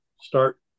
start